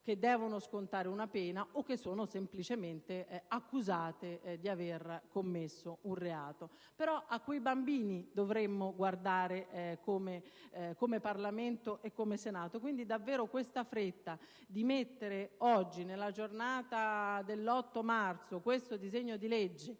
che devono scontare una pena o che sono semplicemente accusate di aver commesso un reato, però, è a quei bambini che dovremmo guardare, come Parlamento e come Senato. Questa fretta di mettere all'esame oggi, nella giornata dell'8 marzo, questo disegno di legge